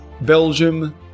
Belgium